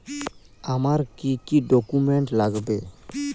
আমার কি কি ডকুমেন্ট লাগবে?